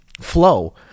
flow